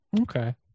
Okay